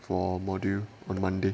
for module on monday